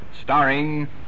starring